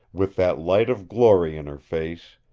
with that light of glory in her face,